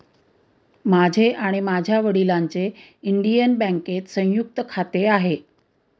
माझे आणि माझ्या वडिलांचे इंडियन बँकेत संयुक्त खाते आहे